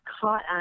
caught